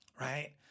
right